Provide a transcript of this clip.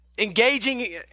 engaging